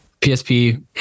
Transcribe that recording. PSP